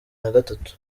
nagatatu